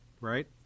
right